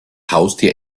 haustier